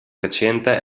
recente